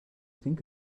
think